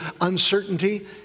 uncertainty